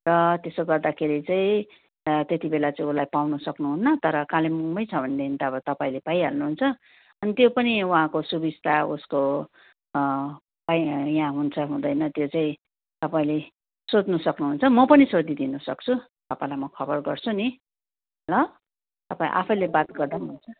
र त्यसो गर्दाखेरि चाहिँ त्यतिबेला चाहिँ उसलाई पाउनु सक्नुहुन्न तर कालिम्पोङमै छ भने त अब तपाईँले पाइहाल्नुहुन्छ अनि त्यो पनि उहाँको सुविस्ता उसको यहाँ हुन्छ हुँदैन त्यो चाहिँ तपाईँले सोध्नु सक्नु हुन्छ म पनि सोधिदिनु सक्छु तपाईँलाई म खबर गर्छु नि ल तपाईँ आफैले बात गर्दा पनि हुन्छ